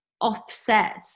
offset